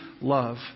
love